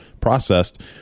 processed